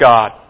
God